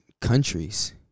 countries